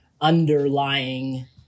underlying